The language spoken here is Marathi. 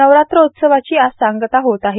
नवरात्रोत्सवाची आज सांगता होत आहे